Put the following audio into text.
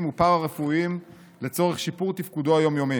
ופארה-רפואיים לצורך שיפור תפקודו היום-יומי.